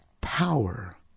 power